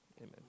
Amen